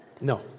No